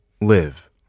live